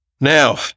Now